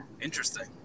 interesting